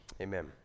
Amen